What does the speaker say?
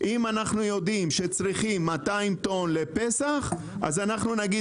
אם אנחנו יודעים שצריכים 200 טון לפסח אז אנחנו נגיד